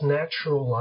natural